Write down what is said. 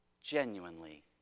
genuinely